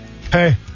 Hey